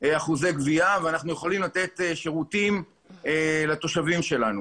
ויכולים לתת שירותים לתושבים שלנו.